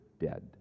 dead